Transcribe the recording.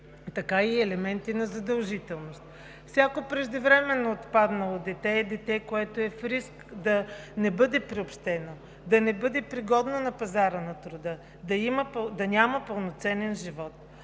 така и елементи на задължителност. Всяко преждевременно отпаднало дете е дете, което е в риск да не бъде приобщено, да не бъде пригодно на пазара на труда, да няма пълноценен живот.